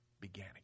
began